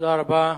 תודה רבה.